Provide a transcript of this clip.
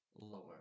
lower